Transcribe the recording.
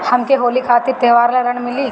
हमके होली खातिर त्योहार ला ऋण मिली का?